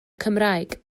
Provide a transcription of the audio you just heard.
cymraeg